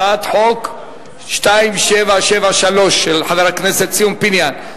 זו הצעת חוק פ/2773 של חבר הכנסת ציון פיניאן.